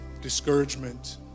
discouragement